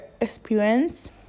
experience